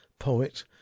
poet